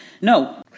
no